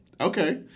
okay